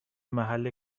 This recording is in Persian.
محل